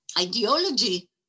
ideology